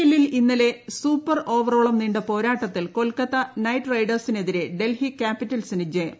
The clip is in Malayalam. എല്ലിൽ ഇന്നലെ സൂപ്പർ ഓവറോളം നീണ്ട പോരാട്ടത്തിൽ കൊൽക്കത്ത നൈറ്റ് റൈഡേഴ്സിനെതിരെ ഡൽഹി ക്യാപി റ്റൽസിന് ജയം